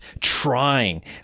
trying